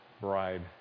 bride